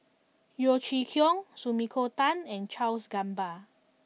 Yeo Chee Kiong Sumiko Tan and Charles Gamba